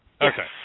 Okay